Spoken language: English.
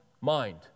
mind